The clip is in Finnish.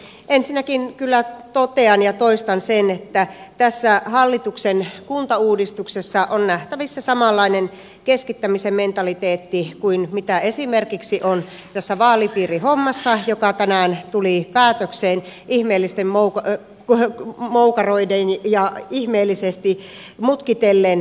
ensinnäkin kyllä totean ja toistan sen että tässä hallituksen kuntauudistuksessa on nähtävissä samanlainen keskittämisen mentaliteetti kuin esimerkiksi on tässä vaalipiirihommassa joka tänään tuli päätökseen ihmeellisesti moukaroiden ja ihmeellisesti mutkitellen